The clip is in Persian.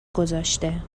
گذاشته